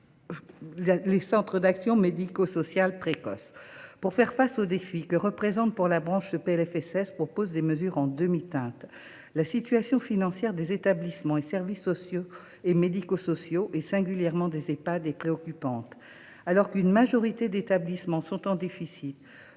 les centres d’action médico sociale précoce (Camsp). Afin de faire face aux défis qui se présentent pour la branche, ce PLFSS propose des mesures en demi teinte. La situation financière des établissements et des services sociaux et médico sociaux, singulièrement celle des Ehpad, est préoccupante. Alors qu’une majorité d’établissements sont en déficit,